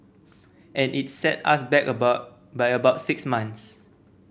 and it set us back by about six months